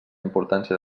importància